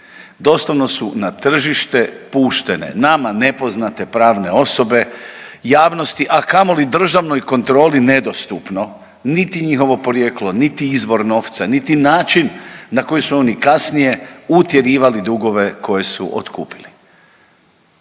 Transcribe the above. Doslovno su na tržište puštene nama nepoznate pravne osobe javnosti a kamoli državnoj kontroli nedostupno niti njihovo porijeklo, niti izvor novca niti način na koji su oni kasnije utjerivali dugove koje su otkupili.